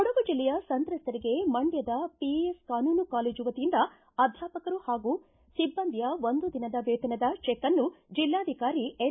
ಕೊಡಗು ಜಿಲ್ಲೆಯ ಸಂತ್ರಸ್ತರಿಗೆ ಮಂಡ್ಕದ ಪಿಇಎಸ್ ಕಾನೂನು ಕಾಲೇಜು ವತಿಯಿಂದ ಅಧ್ಯಾಪಕರು ಮತ್ತು ಸಿಬ್ಬಂದಿಯ ಒಂದು ದಿನದ ವೇತನದ ಚೆಕ್ನ್ನು ಜಿಲ್ಲಾಧಿಕಾರಿ ಎನ್